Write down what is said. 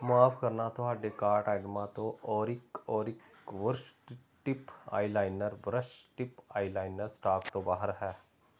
ਮਾਫ਼ ਕਰਨਾ ਤੁਹਾਡੇ ਕਾਰਟ ਆਈਟਮਾਂ ਤੋਂ ਔਰਿਕ ਔਰਿਕ ਕੋਰਸ਼ tip eyeliner brush tip eyeliner stock ਤੋਂ ਬਾਹਰ ਹੈ